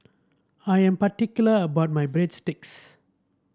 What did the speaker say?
I am particular about my Breadsticks